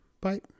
Bye